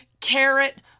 Carrot